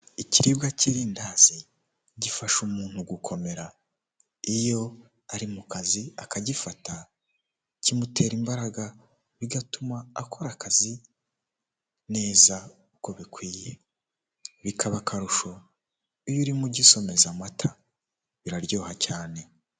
Ikiribwa k'iridasi gifasha umuntu gukomera, iyo ari mu kazi akagifata kimutera imbaraga bigatuma akora akazi neza uko bikwiye, bikaba akarusho iyo urimo ugisomeza amata biraryoha cyane.